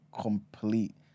complete